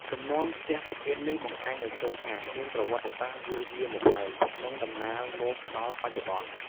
លំនាំផ្ទះប្រភេទនេះបង្ហាញឲ្យឃើញថា មានប្រវត្តិសាស្ត្រយូរយារមកហើយ និងតំណាលមកដល់បច្ចុប្បន្ន។